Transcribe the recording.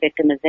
victimization